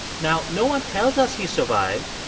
now, no one tells us he survived.